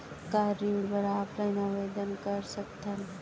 का ऋण बर ऑफलाइन आवेदन कर सकथन?